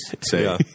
say